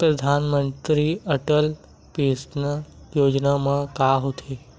परधानमंतरी अटल पेंशन योजना मा का होथे?